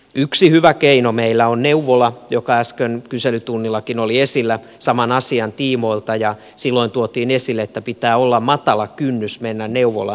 yksi hyvä keino meillä on neuvola joka äsken kyselytunnillakin oli esillä saman asian tiimoilta ja silloin tuotiin esille että pitää olla matala kynnys mennä neuvolaan